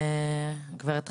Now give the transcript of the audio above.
גב' רייטן,